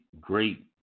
great